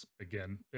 again